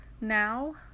now